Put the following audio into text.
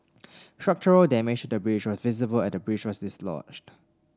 structural damage the bridge was visible as the bridge was dislodged